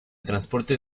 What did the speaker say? transporte